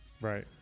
Right